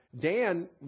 Dan